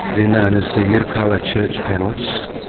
they're known as the yirrkala church panels,